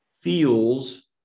feels